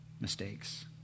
mistakes